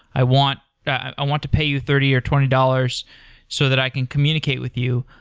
i want i want to pay you thirty or twenty dollars so that i can communicate with you.